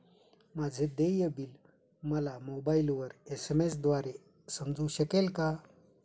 माझे देय बिल मला मोबाइलवर एस.एम.एस द्वारे समजू शकेल का?